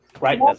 Right